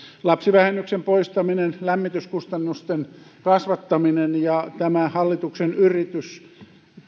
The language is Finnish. lapsivähennyksen poistaminen lämmityskustannusten kasvattaminen ja tämä hallituksen yritys